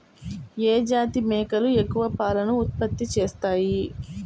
ఏ జాతి మేకలు ఎక్కువ పాలను ఉత్పత్తి చేస్తాయి?